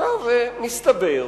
מסתבר,